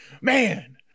man